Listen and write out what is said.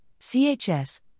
CHS